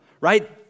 right